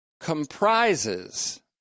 comprises